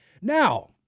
Now